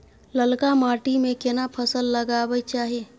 ललका माटी में केना फसल लगाबै चाही?